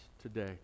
today